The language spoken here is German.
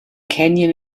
canyon